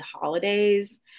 holidays